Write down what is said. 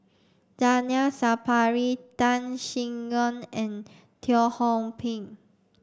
Zainal Sapari Tan Sin Aun and Teo Ho Pin